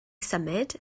symud